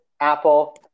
Apple